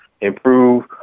improve